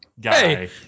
Guy